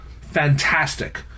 fantastic